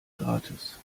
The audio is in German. gratis